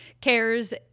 cares